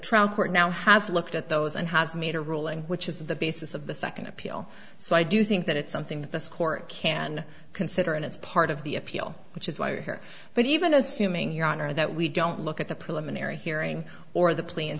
trial court now has looked at those and has made a ruling which is the basis of the second appeal so i do think that it's something that the court can consider and it's part of the appeal which is why we're here but even assuming your honor that we don't look at the preliminary hearing or the pl